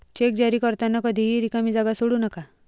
check जारी करताना कधीही रिकामी जागा सोडू नका